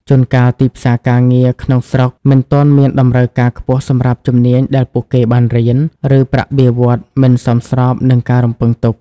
ជួនកាលទីផ្សារការងារក្នុងស្រុកមិនទាន់មានតម្រូវការខ្ពស់សម្រាប់ជំនាញដែលពួកគេបានរៀន ឬប្រាក់បៀវត្សរ៍មិនសមស្របនឹងការរំពឹងទុក។